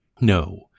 No